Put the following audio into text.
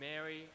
Mary